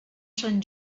sant